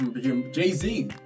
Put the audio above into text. Jay-Z